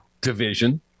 division